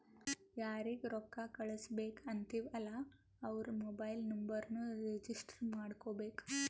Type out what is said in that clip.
ಯಾರಿಗ ರೊಕ್ಕಾ ಕಳ್ಸುಬೇಕ್ ಅಂತಿವ್ ಅಲ್ಲಾ ಅವ್ರ ಮೊಬೈಲ್ ನುಂಬರ್ನು ರಿಜಿಸ್ಟರ್ ಮಾಡ್ಕೋಬೇಕ್